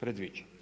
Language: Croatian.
predviđa.